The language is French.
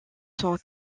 sont